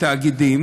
תאגידים,